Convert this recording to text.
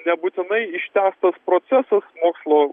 nebūtinai ištęstas procesas mokslo